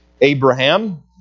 Abraham